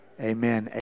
amen